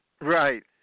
Right